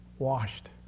washed